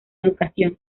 educación